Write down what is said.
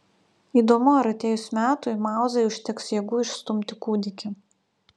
įdomu ar atėjus metui mauzai užteks jėgų išstumti kūdikį